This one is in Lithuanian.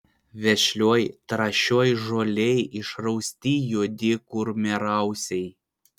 vešlioj trąšioj žolėj išrausti juodi kurmiarausiai